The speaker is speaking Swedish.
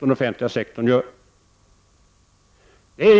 den offentliga sektorn lägger ut.